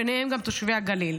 ביניהם גם תושבי הגליל.